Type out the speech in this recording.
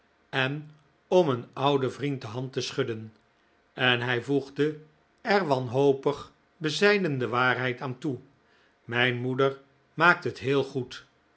en om een ouden vriend de hand te schudden en hij voegde er wanhopig bezijden de waarheid aan toe mijn moeder maakt het heel goed